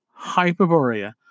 Hyperborea